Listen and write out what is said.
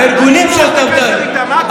הארגונים, מה הקשר?